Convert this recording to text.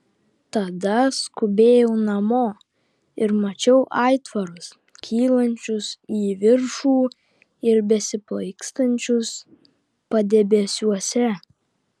tada skubėjau namo ir mačiau aitvarus kylančius į viršų ir besiplaikstančius padebesiuose